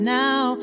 now